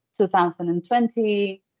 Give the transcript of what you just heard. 2020